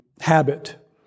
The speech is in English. habit